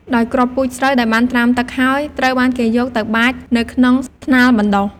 ដោយគ្រាប់ពូជស្រូវដែលបានត្រាំទឹកហើយ ត្រូវបានគេយកទៅបាចនៅក្នុងថ្នាលបណ្ដុះ។